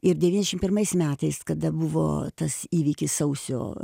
ir devyniasdešimt pirmais metais kada buvo tas įvykis sausio